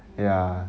um